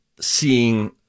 seeing